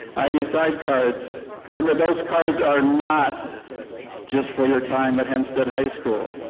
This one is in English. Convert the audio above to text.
i decide cards. remember, those cards are not just for your time at hempstead high school.